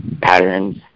patterns